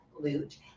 glute